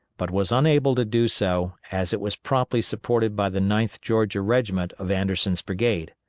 but was unable to do so, as it was promptly supported by the ninth georgia regiment of anderson's brigade.